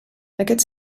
aquests